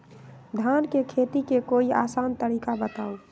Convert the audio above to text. धान के खेती के कोई आसान तरिका बताउ?